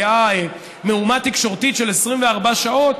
שהייתה מהומה תקשורתית של 24 שעות